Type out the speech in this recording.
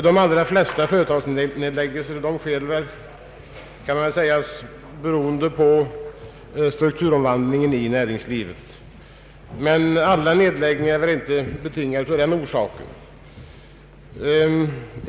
De allra flesta företagsnedläggningar beror väl, kan man säga, på strukturomvandlingen i näringslivet. Men alla nedläggningar har väl inte skett på grund härav.